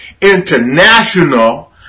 international